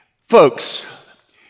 Folks